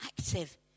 active